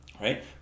right